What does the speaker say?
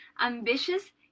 ambitious